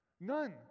None